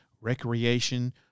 recreation